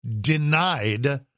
denied